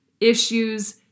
issues